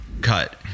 cut